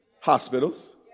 hospitals